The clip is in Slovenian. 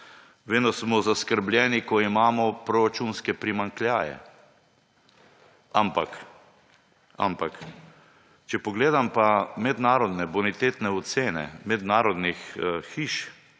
da smo zaskrbljeni, ko imamo proračunske primanjkljaje. Ampak če pogledam bonitetne ocene mednarodnih hiš,